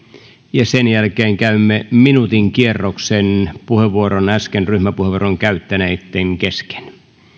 sen jälkeen käymme yhden minuutin kierroksen äsken ryhmäpuheenvuoron käyttäneitten kesken